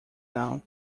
now